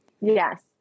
Yes